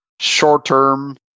short-term